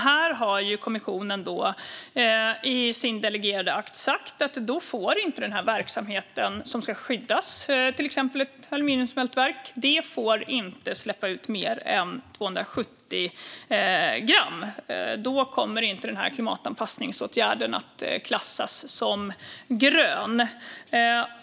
Här har kommissionen i sin delegerade akt sagt att den verksamhet som ska skyddas, till exempel ett aluminiumsmältverk, inte får släppa ut mer än 270 gram. Annars kommer inte klimatanpassningsåtgärden att klassas som grön.